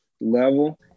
level